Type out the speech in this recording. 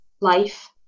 life